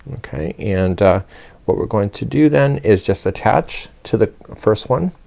okay, and what we're going to do then is just attach to the first one.